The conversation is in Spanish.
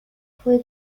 fue